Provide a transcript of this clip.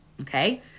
okay